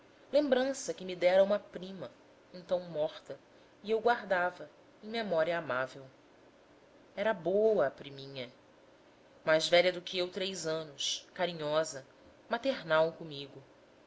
lembrança que me dera uma prima então morta e eu guardava em memória amável era boa a priminha mais velha do que eu três anos carinhosa maternal comigo